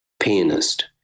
pianist